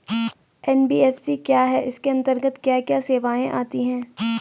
NBFC क्या है इसके अंतर्गत क्या क्या सेवाएँ आती हैं?